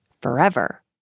forever